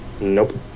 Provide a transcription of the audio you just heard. Nope